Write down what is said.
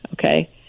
Okay